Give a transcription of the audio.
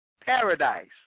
paradise